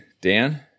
Dan